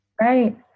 right